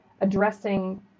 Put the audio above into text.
addressing